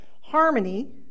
harmony